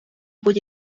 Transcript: будь